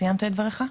סיימת את דברייך?